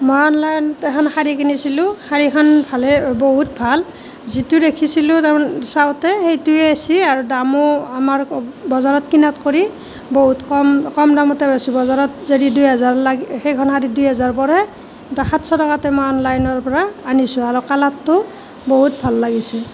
মই অনলাইনত এখন শাৰী কিনিছিলোঁ শাৰীখন ভালেই বহুত ভাল যিটো দেখিছিলোঁ তাৰ মানে চাওঁতে সেইটোৱে আহিছে আৰু দামো আমাৰ ব বজাৰত কিনাত কৰি বহুত কম কম দামতে পাইছোঁ বজাৰত যদি দুই হেজাৰ লাগে সেইখন শাৰী দুই হেজাৰ পৰে ইয়াতে সাতশ টকাতে মই অনলাইনৰ পৰা আনিছোঁ আৰু কালাৰটো বহুত ভাল লাগিছে